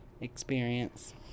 experience